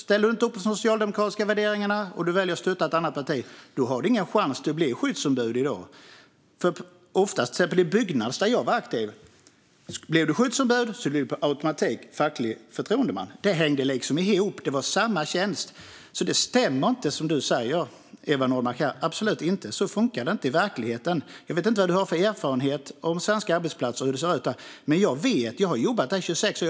Ställer du inte upp på de socialdemokratiska värderingarna och om du väljer att stötta ett annat parti har du ingen chans att bli skyddsombud. I till exempel Byggnads, där jag var aktiv, blev man per automatik facklig förtroendeman om man blev skyddsombud. Det hängde liksom ihop. Det var samma tjänst. Det som Eva Nordmark säger stämmer alltså inte. Så funkar det inte i verkligheten. Jag vet inte vad du har för erfarenhet av svenska arbetsplatser och vad du vet om hur det ser ut där. Men jag vet. Jag har jobbat där i 26 år.